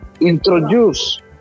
introduce